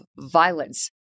violence